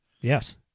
Yes